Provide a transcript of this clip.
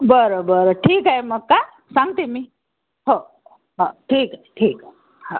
बरं बरं ठीक आहे मग का सांगते मी हो हा ठीक आहे ठीक आहे हा